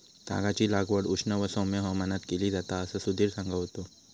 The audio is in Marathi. तागाची लागवड उष्ण व सौम्य हवामानात केली जाता असा सुधीर सांगा होतो